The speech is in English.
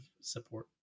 support